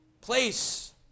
place